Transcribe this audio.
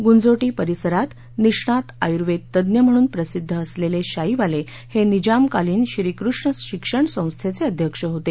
गुंजोटी परिसरात निष्णात आयुर्वेद तज्ज्ञ म्हणून प्रसिद्ध असलेले शाईवाले हे निजामकालीन श्रीकृष्ण शिक्षण संस्थेचे अध्यक्ष होते